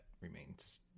remains